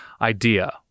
idea